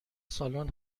سالن